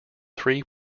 three